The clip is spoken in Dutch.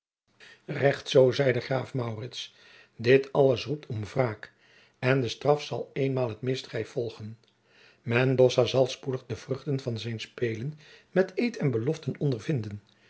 recht zoo zeide graaf maurits dit alles roept om wraak en de straf zal eenmaal het misdrijf volgen mendoza zal spoedig de vruchten van zijn spelen met eed en beloften ondervinden